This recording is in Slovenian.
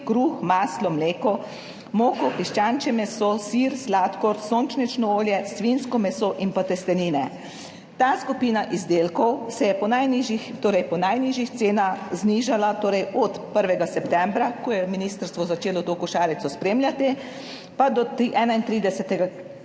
kruh, maslo, mleko, moko, piščančje meso, sir, sladkor, sončnično olje, svinjsko meso in pa testenine. Ta skupina izdelkov se je po najnižjih cenah znižala, torej od 1. septembra, ko je ministrstvo začelo spremljati to